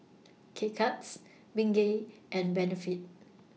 K Cuts Bengay and Benefit